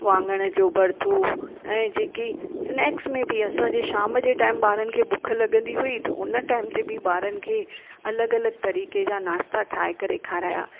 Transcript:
वांगण जो भरतो ऐं जेके स्नैक्स में बि असांजे शाम जे टाइम ॿारनि खे बुखु लॻंदी हुई त उन टाइम ते बि ॿारनि खे अलॻि अलॻि तरीक़े जा नाश्ता ठाहे करे खाराया